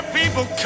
people